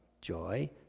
joy